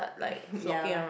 ya